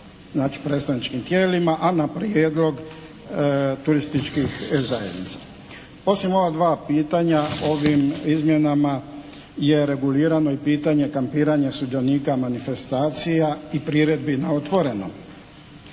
znači predstavničkim tijelima, a na prijedlog turističkih zajednica. Osim ova dva pitanja ovim izmjenama je regulirano i pitanje kampiranja sudionika manifestacija i priredbi na otvorenom.